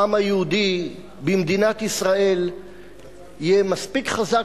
העם היהודי במדינת ישראל יהיה מספיק חזק